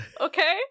Okay